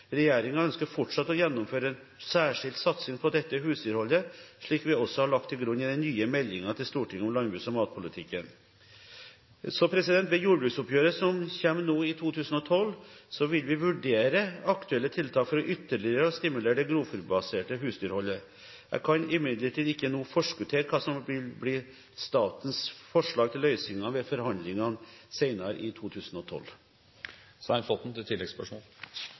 ønsker fortsatt å gjennomføre en særskilt satsing på dette husdyrholdet, slik vi også har lagt til grunn i den nye meldingen til Stortinget om landbruks- og matpolitikken. Ved jordbruksoppgjøret som kommer nå i 2012, vil vi vurdere aktuelle tiltak for ytterligere å stimulere det grovfôrbaserte husdyrholdet. Jeg kan imidlertid ikke nå forskuttere hva som vil bli statens forslag til løsninger ved forhandlingene senere i 2012.